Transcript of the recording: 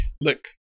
look